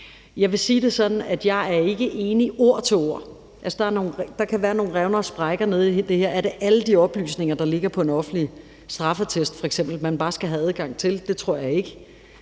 jeg ikke er enig ord til ord, og at der her kan være nogle revner og sprækker. Er det f.eks. alle de oplysninger, der ligger på en offentlig straffeattest, man bare skal have adgang til? Det tror jeg ikke.